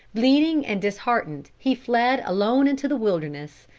bleeding and disheartened he fled alone into the wilderness,